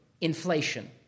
Inflation